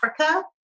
Africa